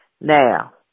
Now